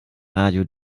radio